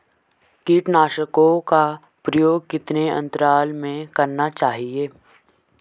कीटनाशकों का प्रयोग कितने अंतराल में करना चाहिए?